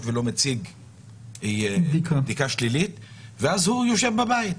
ולא מציג בדיקה שלילית ואז הוא יושב בבית.